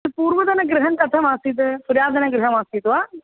पूर्वतनगृहं कथम् आसीत् पुरातनगृहम् आसीत् वा